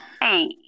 Hey